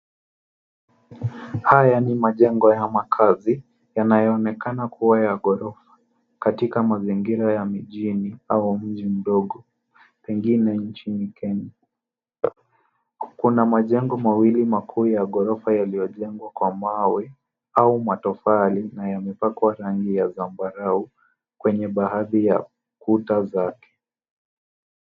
Haya ni majengo ya makazi yanayoonekana kuwa ya ghorofa. Katika mazingira ya mijini au mji mdogo pengine nchini Kenya. Kuna majengo mawili makuu ya ghorofa yaliyojengwa kwa mawe au matofali na yamepakwa rangi ya zambarau kwenye baadhi ya kuta zake.